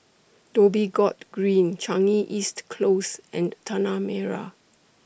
Dhoby Ghaut Green Changi East Close and Tanah Merah